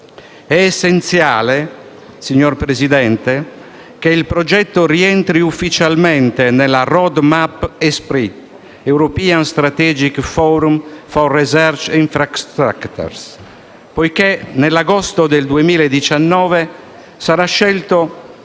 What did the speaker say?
È essenziale, signor Presidente, che il progetto rientri ufficialmente nella *road map* European strategy forum on research infrastructures (ESFRI), poiché nell'agosto del 2019 sarà scelto